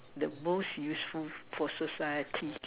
the most useful for society